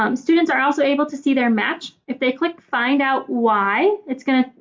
um students are also able to see their match. if they click find out why it's gonna